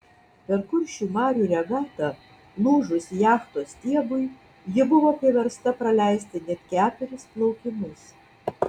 per kuršių marių regatą lūžus jachtos stiebui ji buvo priversta praleisti net keturis plaukimus